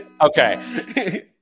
Okay